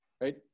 right